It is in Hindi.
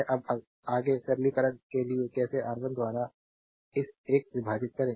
अब आगे सरलीकरण के लिए कैसे R1 द्वारा इस एक विभाजित करेंगे